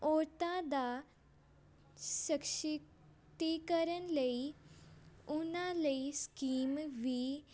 ਔਰਤਾਂ ਦਾ ਸਸ਼ਕਤੀਕਰਨ ਲਈ ਉਹਨਾਂ ਲਈ ਸਕੀਮ ਵੀ